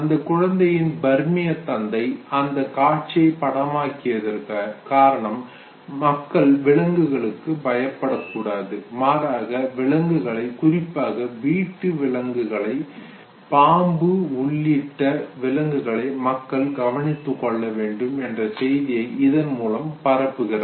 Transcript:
அந்தக் குழந்தையின் பர்மிய தந்தை அந்தக் காட்சியை படமாக்கியதற்கு காரணம் மக்கள் விலங்குகளுக் பயப்படக்கூடாது மாறாக விலங்குகளை குறிப்பாக வீட்டு விலங்குகளை பாம்பு உள்ளிட்ட விலங்குகளை மக்கள் கவனித்துக் கொள்ளவேண்டும் என்ற செய்தியை இதன்மூலம் பரப்புகிறார்